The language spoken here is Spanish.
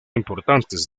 importantes